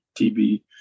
tv